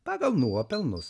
pagal nuopelnus